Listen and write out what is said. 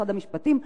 במשרד המשפטים,